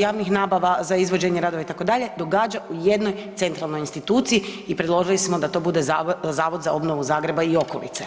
javnih nabava za izvođenje radova, itd., događa u jednoj centralnoj instituciji i predložili smo da to bude Zavod za obnovu Zagreba i okolice.